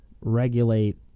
regulate